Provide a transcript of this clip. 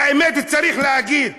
את האמת צריך להגיד.